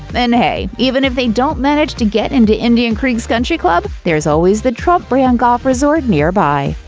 and hey, even if they don't manage to get into indian creek's country club there's always the trump-brand golf resort nearby.